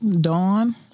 Dawn